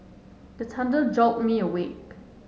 the thunder jolt me awake